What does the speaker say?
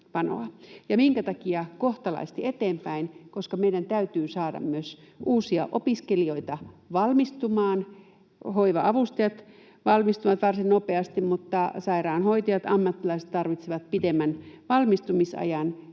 Minkä takia kohtalaisesti eteenpäin? Koska meidän täytyy saada myös uusia opiskelijoita valmistumaan. Hoiva-avustajat valmistuvat varsin nopeasti, mutta sairaanhoitajat, ammattilaiset, tarvitsevat pitemmän valmistumisajan,